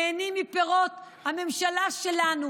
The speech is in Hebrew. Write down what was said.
נהנים מפירות הממשלה שלנו.